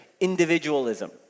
individualism